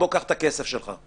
קח את הכסף שלך.